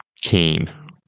Cain